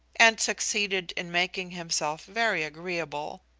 and succeeded in making himself very agreeable.